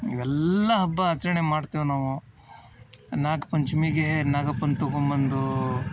ಇವೆಲ್ಲ ಹಬ್ಬ ಆಚರಣೆ ಮಾಡ್ತೀವಿ ನಾವು ನಾಗಪಂಚ್ಮಿಗೆ ನಾಗಪ್ಪನ ತಗೊಂಬಂದು